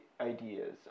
ideas